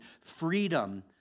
freedom